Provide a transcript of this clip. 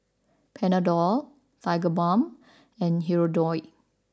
Panadol Tigerbalm and Hirudoid